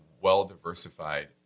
well-diversified